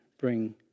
bring